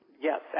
Yes